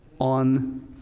on